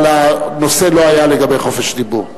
אבל הנושא לא היה לגבי חופש דיבור.